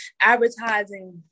advertising